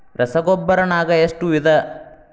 ರಸಗೊಬ್ಬರ ನಾಗ್ ಎಷ್ಟು ವಿಧ?